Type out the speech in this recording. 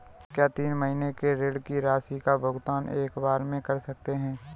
क्या तीन महीने के ऋण की राशि का भुगतान एक बार में कर सकते हैं?